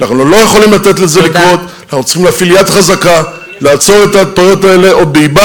הם לא סתם הולכים למנהיגים ערבים או מוסלמים,